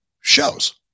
shows